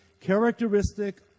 characteristic